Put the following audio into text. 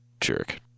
jerk